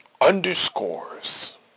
underscores